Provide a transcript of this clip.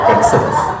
Exodus